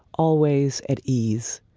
always at ease.